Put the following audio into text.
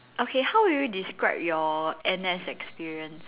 okay how would you describe your N_S experience